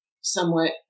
somewhat